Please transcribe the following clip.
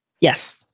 Yes